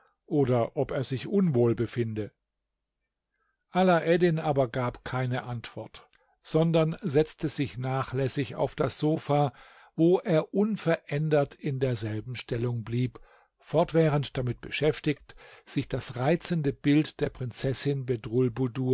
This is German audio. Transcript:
oder ob er sich unwohl befinde alaeddin aber gab keine antwort sondern setzte sich nachlässig auf das sofa wo er unverändert in derselben stellung blieb fortwährend damit beschäftigt sich das reizende bild der prinzessin